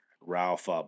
Ralph